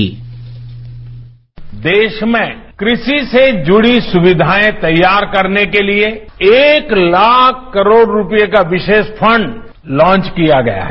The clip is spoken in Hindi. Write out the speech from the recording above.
साउंड बाईट देश में कृषि से जुडी सुविधाएं तैयार करने के लिए एक लाख करोड़ रूपए का विशेष फंड लांच किया गया है